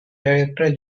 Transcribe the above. director